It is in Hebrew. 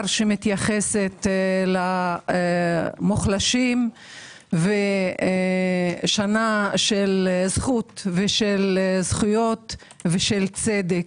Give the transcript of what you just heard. שמתייחסת למוחלשים ושנה של זכות ושל זכויות ושל צדק,